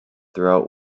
throughout